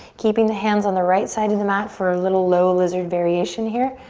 keeping the hands on the right side of the mat for a little low lizard variation here,